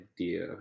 idea